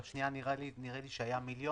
מי שמרוויח שכר ממוצע במשק,